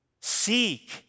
Seek